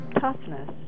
Toughness